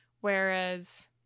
whereas